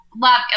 love